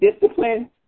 discipline